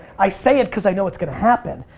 i say it because i know it's going to happen.